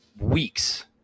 Weeks